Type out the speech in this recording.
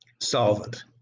solvent